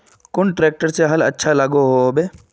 कुन ट्रैक्टर से हाल अच्छा लागोहो होबे?